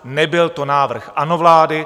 Nebyl to návrh ANO vlády.